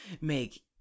make